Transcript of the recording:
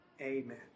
amen